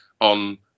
on